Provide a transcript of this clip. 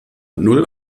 null